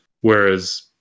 whereas